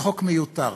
וחוק מיותר.